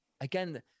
again